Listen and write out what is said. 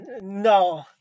No